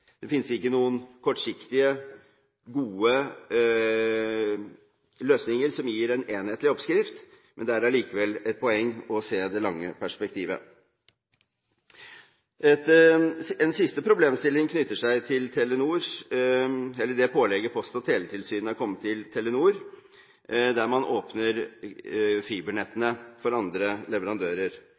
Det finnes ikke noen kortsiktige gode løsninger som gir en enhetlig oppskrift, men det er allikevel et poeng å se det lange perspektivet. En siste problemstilling knytter seg til det pålegget Post- og teletilsynet har kommet med til Telenor, der man åpner fibernettene for andre leverandører.